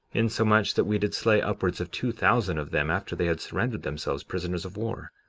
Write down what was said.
insomuch that we did slay upwards of two thousand of them after they had surrendered themselves prisoners of war.